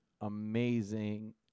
amazing